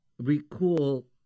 recall